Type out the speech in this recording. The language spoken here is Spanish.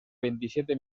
veintisiete